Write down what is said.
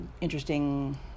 interesting